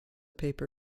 paper